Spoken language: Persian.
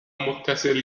متصل